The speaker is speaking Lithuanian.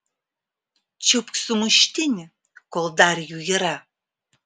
čiupk sumuštinį kol dar jų yra